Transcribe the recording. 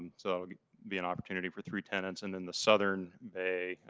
so be an opportunity for three tenants. and and the southern bay,